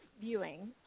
viewing